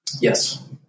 Yes